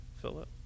Philip